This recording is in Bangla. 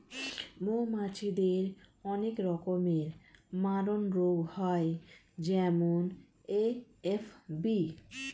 মৌমাছিদের অনেক রকমের মারণরোগ হয় যেমন এ.এফ.বি